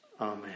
Amen